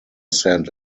saint